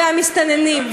והמסתננים.